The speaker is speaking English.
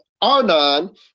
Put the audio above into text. Arnon